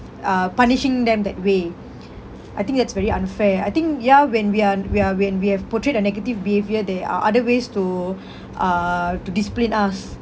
uh punishing them that way I think that's very unfair I think ya when we are we are when we have portrayed a negative behaviour there are other ways to uh to discipline us